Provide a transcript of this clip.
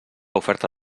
oferta